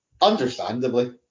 Understandably